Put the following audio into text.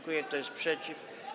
Kto jest przeciw?